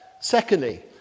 Secondly